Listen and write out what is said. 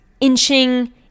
inching